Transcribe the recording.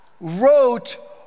wrote